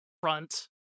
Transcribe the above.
front